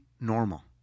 normal